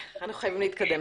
אנחנו חייבים להתקדם.